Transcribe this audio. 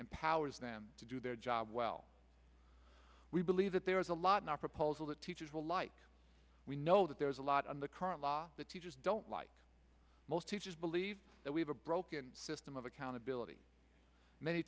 and powers them to do their job well we believe that there is a lot not proposal that teachers will light we know that there is a lot in the current law that teachers don't like most teachers believe that we have a broken system of accountability many